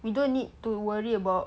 we don't need to worry about